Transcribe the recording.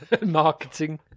marketing